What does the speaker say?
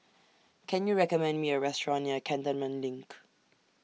Can YOU recommend Me A Restaurant near Cantonment LINK